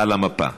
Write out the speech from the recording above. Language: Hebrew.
על המפה.